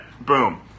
Boom